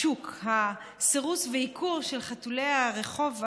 הסירוס והעיקור של חתולי הרחוב האומללים,